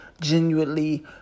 genuinely